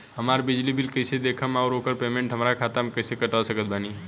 हमार बिजली बिल कईसे देखेमऔर आउर ओकर पेमेंट हमरा खाता से कईसे कटवा सकत बानी?